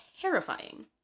terrifying